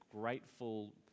grateful